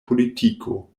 politiko